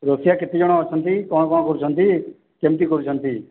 ରୋଷେୟା କେତେ ଜଣ ଅଛନ୍ତି କ'ଣ କ'ଣ କରୁଛନ୍ତି କେମିତି କରୁଛନ୍ତି